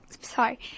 sorry